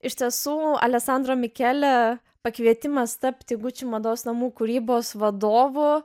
iš tiesų aleksandro mikele pakvietimas tapti gucci mados namų kūrybos vadovu